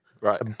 Right